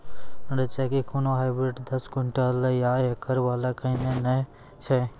रेचा के कोनो हाइब्रिड दस क्विंटल या एकरऽ वाला कहिने नैय छै?